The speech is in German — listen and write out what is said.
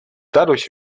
dadurch